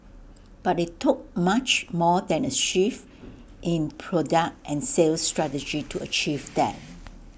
but IT took much more than A shift in product and sales strategy to achieve that